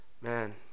Man